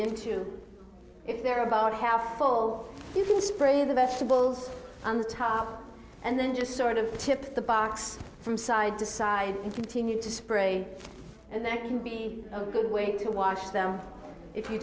two if they're about half full if you spray the vegetables on the top and then just sort of tip the box from side to side and continue to spray and that can be a good way to wash them if you